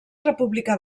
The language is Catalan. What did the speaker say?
republicà